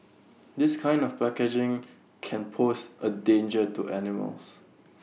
this kind of packaging can pose A danger to animals